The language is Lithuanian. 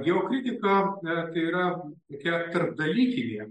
geokritika tai yra tokia tarpdalykinė